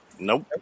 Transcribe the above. Nope